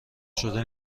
شده